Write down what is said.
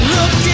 Look